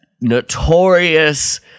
notorious